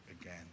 again